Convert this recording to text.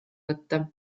võtta